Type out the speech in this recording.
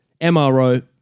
MRO